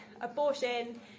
abortion